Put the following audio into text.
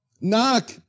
Knock